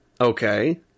Okay